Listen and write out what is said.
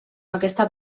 aquesta